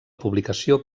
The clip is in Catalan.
publicació